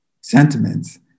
sentiments